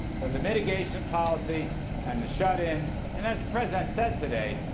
the mitigation policy and the shut-in and as the president said today,